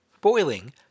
Boiling